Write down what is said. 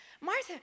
Martha